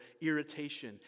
irritation